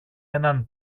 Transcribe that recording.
έναν